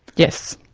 yes.